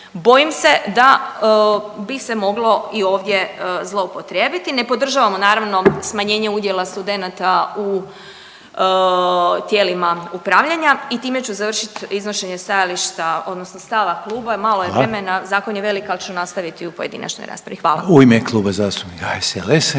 bojim se da bi se moglo i ovdje zloupotrijebiti, ne podržavamo naravno, smanjenje udjela studenata u tijelima upravljanja i time ću završiti iznošenje stajališta, odnosno stava kluba, malo je vremena, zakon .../Upadica: Hvala./... je velik, ali ću nastaviti u pojedinačnoj raspravi. Hvala. **Reiner, Željko